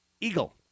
Eagle